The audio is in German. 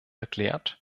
erklärt